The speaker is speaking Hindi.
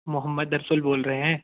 मोहम्मद अर्सुल बोल रहे हैं